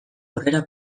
aurrera